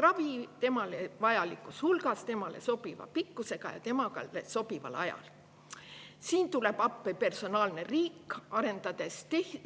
ravi, temale vajalikus hulgas, temale sobiva pikkusega ja temale sobival ajal. Siin tuleb appi personaalne riik, arendades